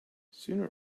sooner